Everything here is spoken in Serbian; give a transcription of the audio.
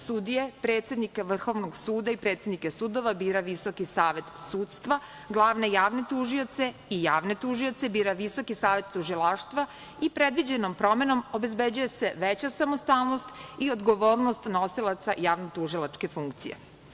Sudije, predsednike Vrhovnog suda i predsednike sudova bira VSS, glavne javne tužioce i javne tužioce bira Visoki savet tužilaštva i predviđenom promenom obezbeđuje se veća samostalnost i odgovornost nosilaca javno-tužilačke funkcije.